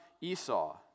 Esau